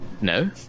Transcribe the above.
No